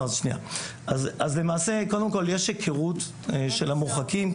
אז למעשה קודם כל יש היכרות של המורחקים,